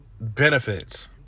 benefits